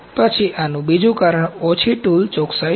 પછી આનું બીજું કારણ ઓછી ટૂલ ચોકસાઇ છે